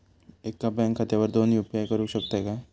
एका बँक खात्यावर दोन यू.पी.आय करुक शकतय काय?